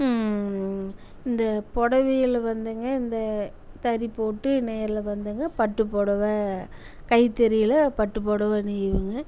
இந்த புடவைகளில் வந்துங்க இந்த தறி போட்டு நேரில் வந்துங்க பட்டு புடவை கை தறியில பட்டுப்புடவை நெய்வங்க